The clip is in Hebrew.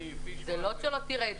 זה לא שלא תראה.